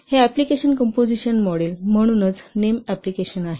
हे application composition model म्हणूनच name application आहे